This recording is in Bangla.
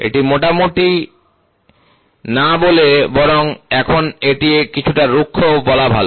এটি মোটামুটি না বলে বরং এখন এটি কিছুটা রুক্ষ বলা ভালো